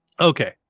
okay